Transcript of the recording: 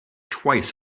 twice